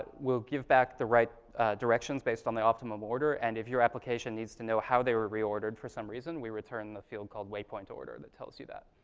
we'll give back the right directions based on the optimum order, and if your application needs to know how they were reordered for some reason, we return the field called way point order that tells you that.